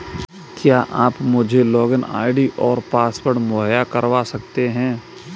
क्या आप मुझे लॉगिन आई.डी और पासवर्ड मुहैय्या करवा सकते हैं?